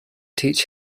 teach